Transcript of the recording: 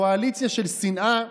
קואליציה של שנאה,